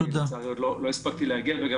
לצערי עוד לא הספקתי להגיע לוועדה וגם